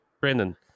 brandon